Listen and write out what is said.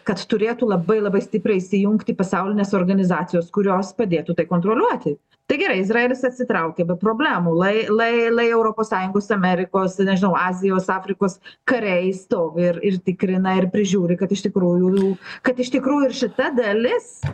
kad turėtų labai labai stipriai įsijungti pasaulinės organizacijos kurios padėtų tai kontroliuoti tai gerai izraelis atsitraukė be problemų lai lai lai europos sąjungos amerikos nežinau azijos afrikos kariai stovi ir ir tikrina ir prižiūri kad iš tikrųjų kad iš tikrųjų ir šita dalis